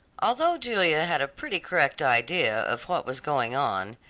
although julia had a pretty correct idea of what was going on,